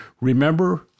Remember